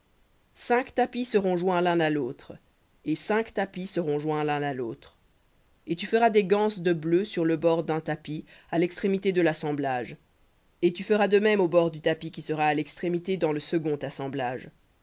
cinq tapis seront joints l'un à l'autre et cinq tapis seront joints l'un à lautre et tu feras des ganses de bleu sur le bord d'un tapis à l'extrémité de l'assemblage et tu feras de même au bord du tapis qui sera à l'extrémité dans le second assemblage